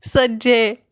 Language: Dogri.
सज्जे